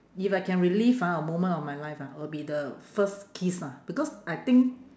if I can relive ah a moment of my life ah will be the first kiss ah because I think